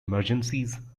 emergencies